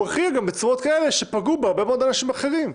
הוא הכריע בצורות שפגעו בהרבה מאוד אנשים אחרים,